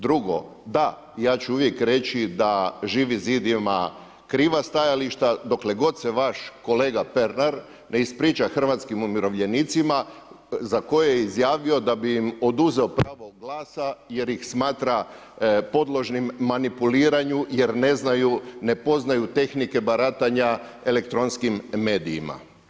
Drugo, da, ja ću uvijek reći da Živi zid ima kriva stajališta dokle god se vaš kolega Pernar ne ispriča hrvatskim umirovljenicima za koje je izjavio da bi im oduzeo pravo glasa jer ih smatra podložnim manipuliranju jer ne znaju, ne poznaju tehnike baratanja elektronskim medijima.